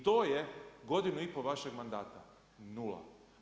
I to je godinu i pol vašeg mandata, nula.